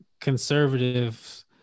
conservatives